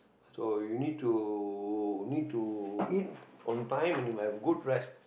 so you need to need to eat on time and you must have good rest